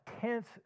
tense